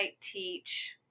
teach